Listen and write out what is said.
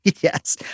Yes